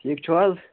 ٹھیٖک چھُو حظ